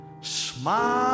Smile